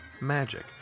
magic